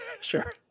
Sure